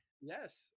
Yes